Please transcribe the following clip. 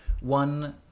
one